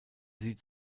sie